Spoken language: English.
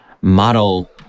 model